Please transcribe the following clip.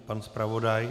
Pan zpravodaj?